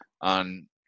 on